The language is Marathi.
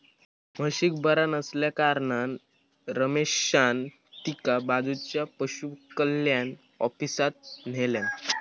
म्हशीक बरा नसल्याकारणान रमेशान तिका बाजूच्या पशुकल्याण ऑफिसात न्हेल्यान